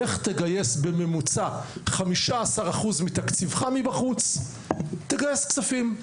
לך תגייס בממוצע 15% מתקציבך מבחוץ תגייס כספים,